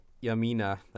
Yamina